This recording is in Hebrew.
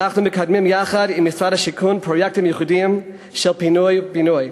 אנחנו מקדמים יחד עם משרד השיכון פרויקטים מיוחדים של פינוי-בינוי,